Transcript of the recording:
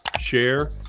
share